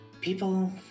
People